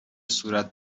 صورت